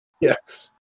Yes